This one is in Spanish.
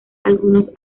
algunos